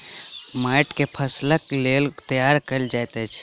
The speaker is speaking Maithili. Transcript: माइट के फसीलक लेल तैयार कएल जाइत अछि